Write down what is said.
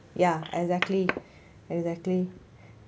ya exactly exactly